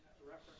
reference